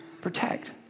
protect